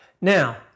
Now